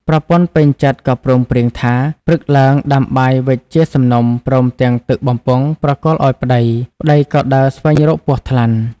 ប្រពន្ធពេញចិត្ដក៏ព្រមព្រៀងគ្នា ព្រឹកឡើងដាំបាយវិចជាសំណុំព្រមទាំងទឹកបំពង់ប្រគល់ឱ្យប្ដី ប្ដីក៏ដើរស្វែងរកពស់ថ្លាន់។